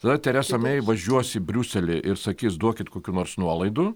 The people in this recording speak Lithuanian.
tada teresa mei važiuos į briuselį ir sakys duokit kokių nors nuolaidų